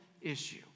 issue